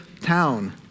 town